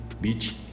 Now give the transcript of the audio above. Beach